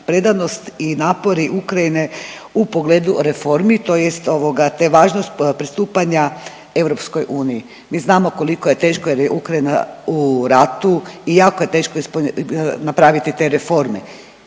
predanost i napori Ukrajine u pogledu reformi tj. ovoga, te važnost pristupanja EU. Mi znamo koliko je teško jer je Ukrajina u ratu i jako je teško napraviti te reforme